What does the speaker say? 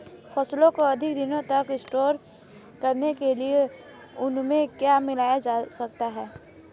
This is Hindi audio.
फसलों को अधिक दिनों तक स्टोर करने के लिए उनमें क्या मिलाया जा सकता है?